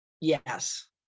Yes